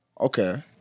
Okay